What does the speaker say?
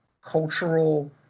cultural